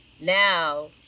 now